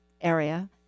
area